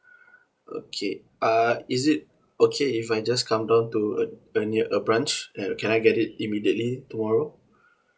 okay uh is it okay if I just come down to a near a branch uh can I get it immediately tomorrow